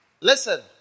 Listen